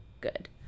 good